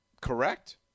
correct